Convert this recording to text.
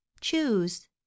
choose